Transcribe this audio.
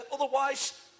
Otherwise